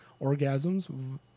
orgasms